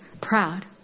proud